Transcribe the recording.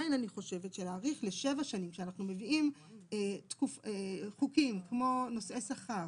עדיין אני חושבת שלהאריך לשבע שנים כשאנחנו מביאים חוקים כמו נושאי שכר